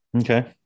Okay